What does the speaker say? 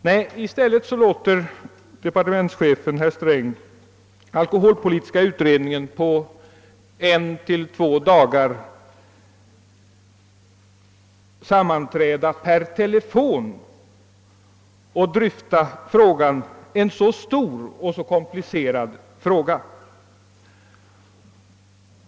Nej, i stället lät departementschefen, herr Sträng, alkoholpolitiska utredningen på 1—2 dagar sammanträda per telefon och dryfta en så stor och så kom plicerad fråga!